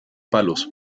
palos